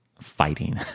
fighting